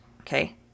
Okay